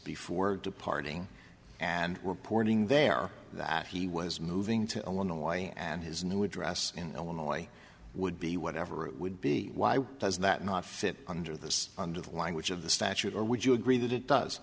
before departing and reporting there that he was moving to illinois and his new address in illinois would be whatever it would be does that not fit under this under the language of the statute or would you agree that it does